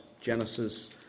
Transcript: Genesis